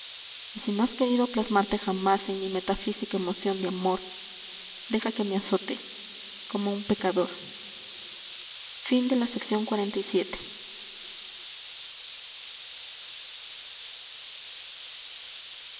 si no has querido plasmarte jamás en mi metafísica emoción de amor deja que me azote como un pecador